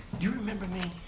do you remember me?